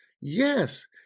Yes